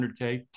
100K